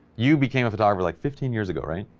you became a photographer like fifteen years ago right.